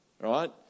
right